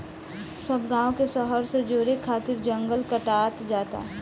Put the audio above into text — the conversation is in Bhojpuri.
सब गांव के शहर से जोड़े खातिर जंगल कटात जाता